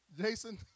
Jason